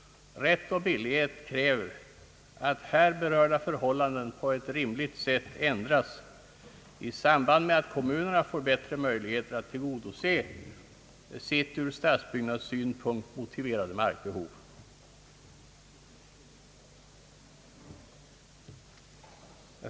Rätt och billighet kräver att här berörda förhållanden på ett rimligt sätt ändras i samband med att kommunerna får bättre möjligheter att tillgodose sitt ur stadsbyggnadssynpunkt motiverade markbehov.